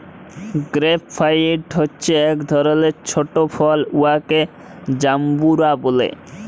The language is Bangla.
গেরেপ ফ্রুইট হছে ইক ধরলের ছট ফল উয়াকে জাম্বুরা ব্যলে